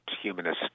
humanist